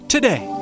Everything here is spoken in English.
Today